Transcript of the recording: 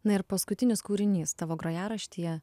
na ir paskutinis kūrinys tavo grojaraštyje